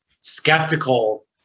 skeptical